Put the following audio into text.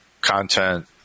content